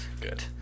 good